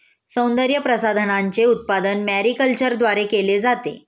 सौंदर्यप्रसाधनांचे उत्पादन मॅरीकल्चरद्वारे केले जाते